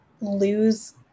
lose